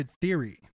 Theory